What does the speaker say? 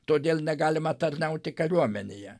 todėl negalima tarnauti kariuomenėje